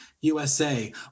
USA